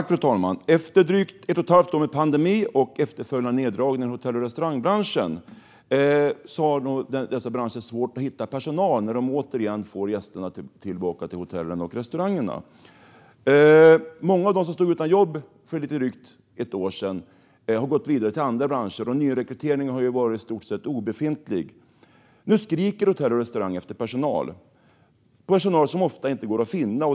Fru talman! Efter drygt ett och ett halvt år med pandemi och efterföljande neddragningar i hotell och restaurangbranscherna har dessa branscher svårt att hitta personal när de får tillbaka gästerna till hotellen och restaurangerna. Många av dem som stod utan jobb för lite drygt ett år sedan har gått vidare till andra branscher, och nyrekryteringen har varit i stort sett obefintlig. Nu skriker hotell och restauranger efter personal, personal som ofta inte går att finna.